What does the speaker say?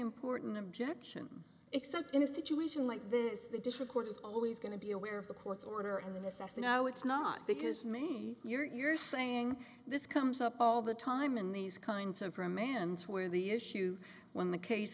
important objection except in a situation like this the district court is always going to be aware of the court's order and the necessity now it's not because me you're saying this comes up all the time in these kinds of for a man's where the issue when the case